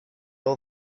all